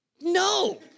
no